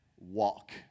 walk